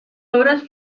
obras